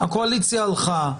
הקואליציה הלכה,